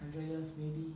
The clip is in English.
a hundred years maybe